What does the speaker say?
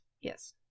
Yes